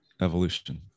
evolution